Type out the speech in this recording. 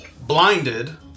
blinded